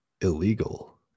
illegal